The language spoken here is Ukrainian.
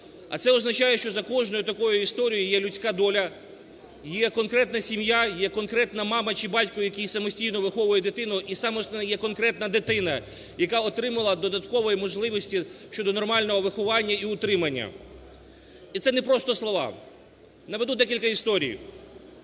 А це означає, що за кожною такою історією є людська доля, є конкретна сім'я, є конкретна мама чи батько, який самостійно виховує дитину, і, саме основне, є конкретна дитина, яка отримала додаткової можливості щодо нормального виховання і утримання. І це не просто слова. Наведу декілька історій.